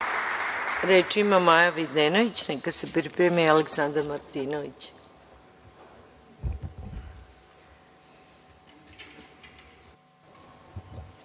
ima Maja Videnović, a neka se pripremi Aleksandar Martinović.